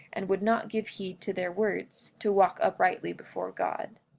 and would not give heed to their words, to walk uprightly before god.